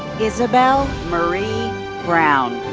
isabel marie brown.